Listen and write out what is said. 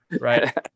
right